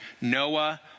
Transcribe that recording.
Noah